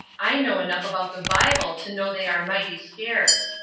i know enough about the bible to know they are mighty scarce.